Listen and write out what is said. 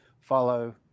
follow